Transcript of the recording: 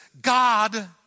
God